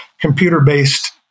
computer-based